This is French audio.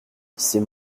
c’est